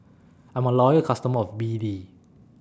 I'm A Loyal customer of B D